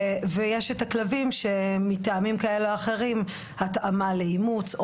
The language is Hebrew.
ויש את הכלבים שמטעמים כאלו או אחרים התאמה לאימוץ,